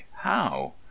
How